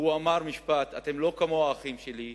והוא אמר משפט: אתם לא כמו האחים שלי,